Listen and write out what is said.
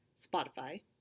spotify